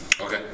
Okay